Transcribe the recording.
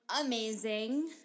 amazing